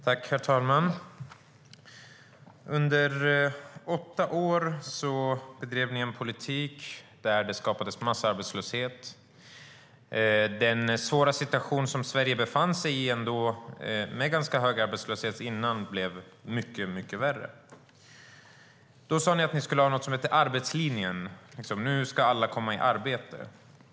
Herr talman! Under åtta år bedrev Alliansen en politik där det skapades massarbetslöshet. Den svåra situation som Sverige befann sig i redan innan med ganska hög arbetslöshet blev mycket värre. Då sa ni att ni skulle ha något som hette arbetslinjen.